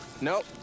Nope